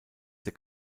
der